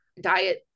diet